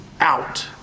out